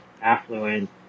affluent